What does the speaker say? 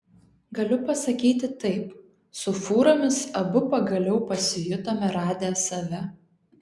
galiu pasakyti taip su fūromis abu pagaliau pasijutome radę save